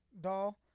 doll